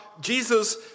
Jesus